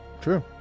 True